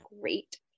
great